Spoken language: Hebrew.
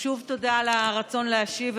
שוב תודה על הרצון להשיב,